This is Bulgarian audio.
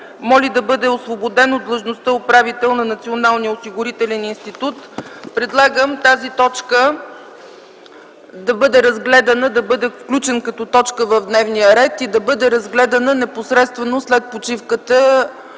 моли да бъде освободен от длъжността управител на Националния осигурителен институт. Предлагам тази точка да бъде включена като точка от дневния ред и да бъде разгледана непосредствено след почивката